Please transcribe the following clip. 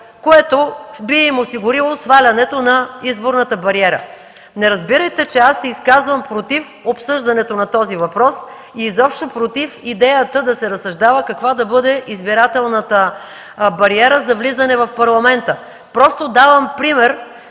което би им осигурило свалянето на изборната бариера. Не разбирайте, че аз се изказвам против обсъждането на този въпрос и изобщо против идеята да се разсъждава каква да бъде избирателната бариера за влизане в Парламента, просто давам пример